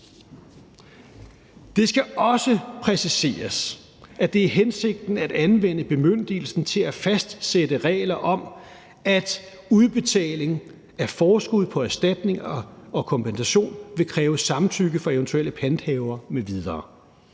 Det skal også præciseres, at det er hensigten at anvende bemyndigelsen til at fastsætte regler om, at udbetaling af forskud på erstatning og kompensation vil kræve samtykke fra eventuelle panthavere m.v.